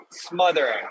smothering